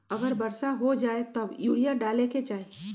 अगर वर्षा हो जाए तब यूरिया डाले के चाहि?